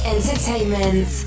Entertainment